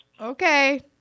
Okay